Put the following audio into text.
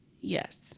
Yes